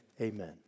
Amen